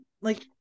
like-